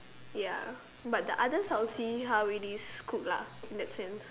ya but the others I'll see how it is cooked lah in that sense